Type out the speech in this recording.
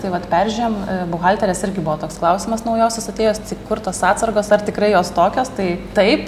tai vat peržiūrėjom buhalterės irgi buvo toks klausimas naujosios atėjus tai kur tos atsargos ar tikrai jos tokios tai taip